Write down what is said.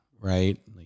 right